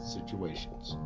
Situations